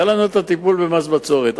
היה טיפול במס הבצורת.